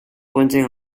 pointing